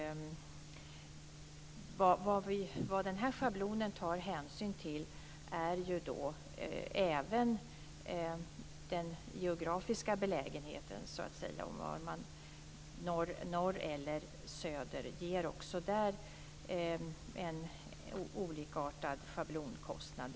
Vad schablonen tar hänsyn till är även den geografiska belägenheten. Norr eller söder ger också där en olikartad schablonkostnad.